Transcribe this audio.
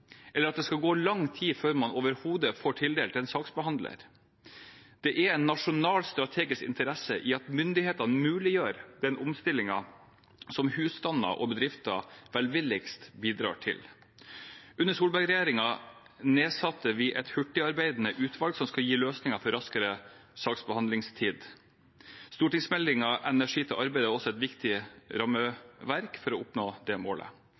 eller at det skal gå lang tid før man overhodet får tildelt en saksbehandler. Det er en nasjonal strategisk interesse i at myndighetene muliggjør den omstillingen som husstander og bedrifter velvilligst bidrar til. Under Solberg-regjeringen satte vi ned et hurtigarbeidende utvalg som skal gi løsninger for raskere saksbehandlingstid. Stortingsmeldingen Energi til arbeid er også et viktig rammeverk for å oppnå det målet.